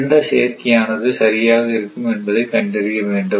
எந்த சேர்க்கையானது சரியாக இருக்கும் என்பதை கண்டறிய வேண்டும்